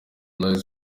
lies